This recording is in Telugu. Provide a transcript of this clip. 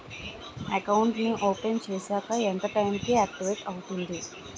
అకౌంట్ నీ ఓపెన్ చేశాక ఎంత టైం కి ఆక్టివేట్ అవుతుంది?